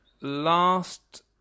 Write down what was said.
last